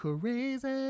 crazy